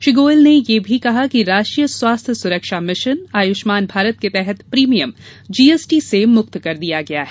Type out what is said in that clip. श्री गोयल ने यह भी कहा कि राष्ट्रीय स्वास्थ्य सुरक्षा मिशन आयुष्मान भारत के तहत प्रीमियम जीएसटी से मुक्त कर दिया गया है